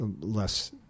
less –